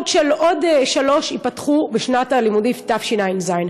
ועוד שלוש ייפתחו בשנת הלימודים תשע"ז.